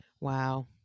Wow